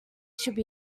should